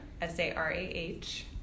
S-A-R-A-H